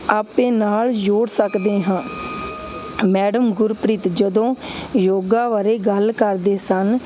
ਆਪੇ ਨਾਲ ਜੁੜ ਸਕਦੇ ਹਾਂ ਮੈਡਮ ਗੁਰਪ੍ਰੀਤ ਜਦੋਂ ਯੋਗਾ ਬਾਰੇ ਗੱਲ ਕਰਦੇ ਸਨ